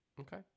Okay